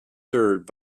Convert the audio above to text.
served